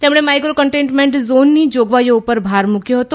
તેમણે micro containment ઝોનની જોગવાઈઓ પર ભાર મુક્યો હતો